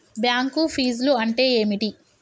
Bank ఫీజ్లు అంటే ఏమిటి?